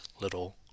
little